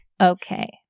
Okay